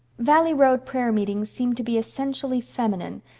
valley road prayer-meetings seemed to be essentially feminine.